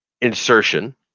insertion